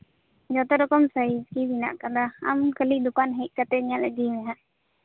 ᱡᱷᱚᱛᱚ ᱨᱚᱠᱚᱢ ᱥᱟᱭᱤᱡ ᱢᱮᱱᱟᱜ ᱟᱠᱟᱫᱟ ᱟᱢ ᱠᱷᱟᱞᱤ ᱫᱚᱠᱟᱱ ᱦᱮᱡ ᱠᱟᱛᱮᱫ ᱧᱮᱞ ᱤᱫᱤᱭ ᱢᱮ ᱱᱟᱦᱟᱜ